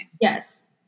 Yes